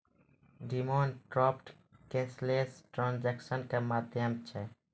demand draft cashless transaction के माध्यम छै